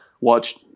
watch